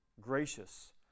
gracious